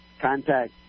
contact